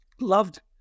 loved